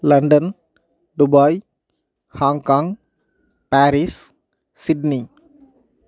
London Dubai Hong Kong Paris Sydney